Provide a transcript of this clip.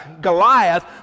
Goliath